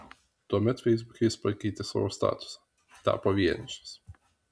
tuomet feisbuke jis pakeitė savo statusą tapo vienišas